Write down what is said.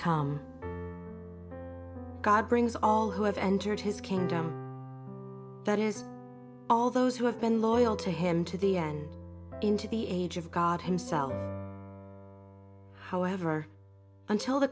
come god brings all who have entered his kingdom that is all those who have been loyal to him to the end into the age of god himself however until the